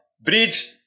Bridge